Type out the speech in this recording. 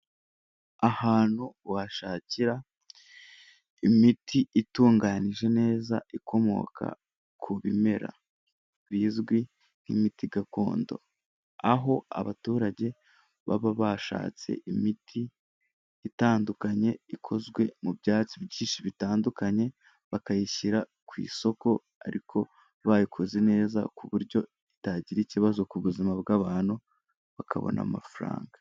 Ahantu washakira imiti itunganyije neza ikomoka ku bimera bizwi nk'imiti gakondo, aho abaturage baba bashatse imiti itandukanye ikozwe mu byatsi byinshi bitandukanye bakayishyira ku isoko ariko bayikoze neza ku buryo itagira ikibazo ku buzima bw'abantu bakabona amafaranga.